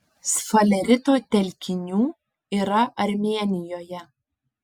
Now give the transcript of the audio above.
sfalerito telkinių yra armėnijoje